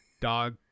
Dog